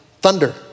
thunder